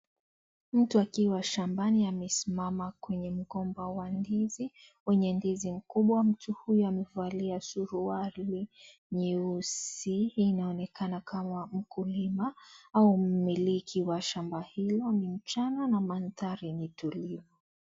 Mtu akiwa shambani amesimama kwenye mgomba wa ndizi wenye ndizi mkubwa. Mtu huyu amevalia suruali nyeusi. Anaonekana kama mkulima au mmiliki wa shamba hilo. Ni mchana na maandhari ni tulivu.